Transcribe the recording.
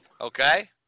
okay